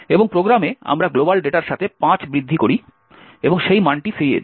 এবং প্রোগ্রামে আমরা গ্লোবাল ডেটার সাথে 5 বৃদ্ধি করি এবং সেই মানটি ফিরিয়ে দিই